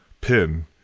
pin